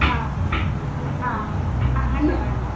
ആ ആ അങ്ങനെ വേണ്ട